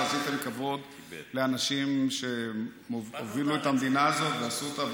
שעשית כבוד לאנשים שהובילו את המדינה הזאת ועשו אותה.